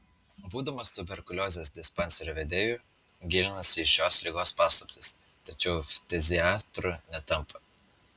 būdamas tuberkuliozės dispanserio vedėju gilinasi į šios ligos paslaptis tačiau ftiziatru netampa